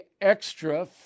extra